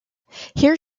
here